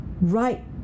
right